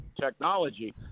technology